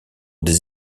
des